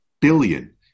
billion